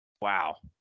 wow